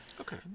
Okay